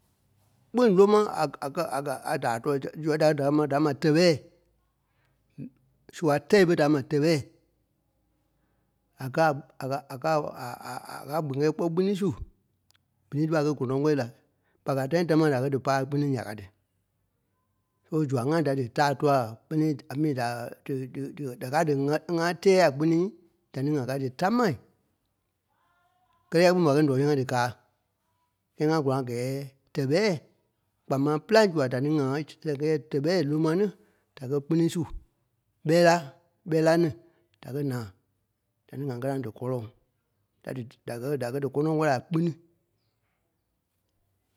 Kpîŋ lóma a- a kɛ́- a kɛ̀ a daa tɔ̂ɔ zɛŋ zua da li da ma- da ma- tɛɓɛi. Sua tɛ̂i ɓe da kɛ̂ ma tɛɓɛ. A kɛ̂ a- a kɛ̀- a kɛ̀ a- a- a- ɣîla gbeɣee kpɔ kpíni su. Gbínii su ɓe a kɛ̂ gɔ́nɔŋ kɔ̂riii la. ɓa gàa tãi támaa da kɛ̂ dí paai a kpíni nya ka tí. So Zua-ŋai da dítaa tɔ̂ɔ a kpínii ami da- dí- dí- dí da káa díŋa ŋaa tɛ́ɛ a kpínii dani-ŋa ka tí. Dítamaai. Kɛ́lɛ nya kpîŋ ḿva kɛ̂ nɔɔi su ŋá díkaa. Kɛ́ ŋa gɔ́lɔŋ a gɛɛ tɛɓɛi, kpaŋ máŋ pîlaŋ sua dani-ŋa sɛŋ kɛɛ yɛ̂ɛ tɛɓɛi, loma-ni, da kɛ́ kpíni su ɓɛ̂la, ɓɛ́la-ni da kɛ̂ naa da-ni ŋa kɛ̀ la díkɔlɔŋ. Da di tì da kɛ̂- da kɛ̀ díkɔnɔŋ kɔ̂rii a kpíni.